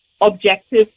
objective